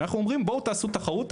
ואנחנו אומרים בואו תעשו תחרות,